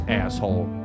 asshole